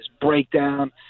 breakdown